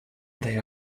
they